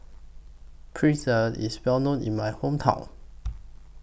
Pretzel IS Well known in My Hometown